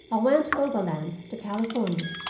i went overland to california,